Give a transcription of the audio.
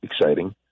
exciting